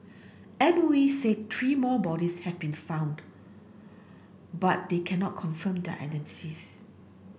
M O E said three more bodies have been found but they cannot confirm their identities